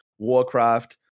Warcraft